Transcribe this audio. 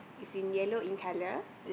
is in yellow in colour